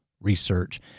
research